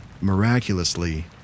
miraculously